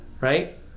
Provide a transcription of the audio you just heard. right